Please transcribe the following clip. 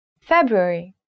February